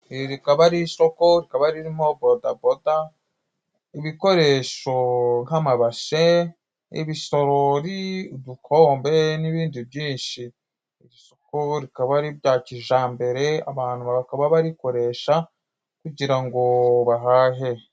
Iri rikaba ari isoko rikaba ririmo bodaboda, ibikoresho nk'amabase , ibisorori , udukombe n'ibindi byinshi iri soko rikaba ari irya kijambere abantu bakaba barikoresha kugira ngo bahahe.